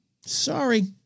Sorry